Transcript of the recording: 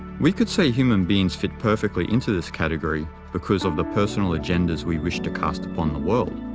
we could say human beings fit perfectly into this category because of the personal agendas we wish to cast upon the world.